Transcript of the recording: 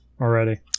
already